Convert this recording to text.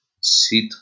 sit